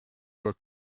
were